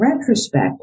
retrospect